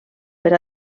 per